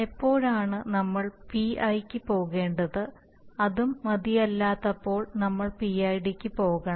എപ്പോഴാണ് നമ്മൾ പിഐക്ക് പോകേണ്ടത് അതും മതിയായതല്ലാത്തപ്പോൾ നമ്മൾ പിഐഡിക്ക് പോകണം